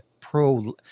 pro